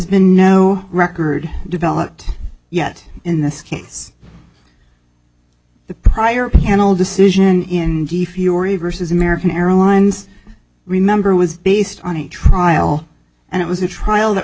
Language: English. been no record developed yet in this case the prior panel decision in the fiore vs american airlines remember was based on a trial and it was a trial that